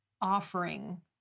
offering